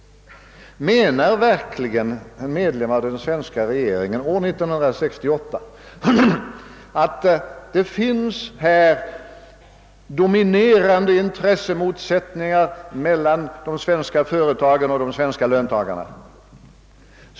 Menar verkligen en medlem av den svenska regeringen år 1968 att det finns dominerande intressemotsättningar mellan de svenska företagen och de svenska löntagarna?